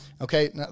Okay